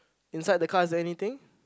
inside the car is anything